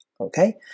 okay